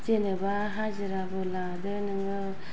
जेनेबा हाजिराबो लादो नोङो